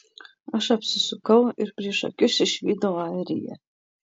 aš apsisukau ir prieš akis išvydau airiją